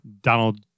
Donald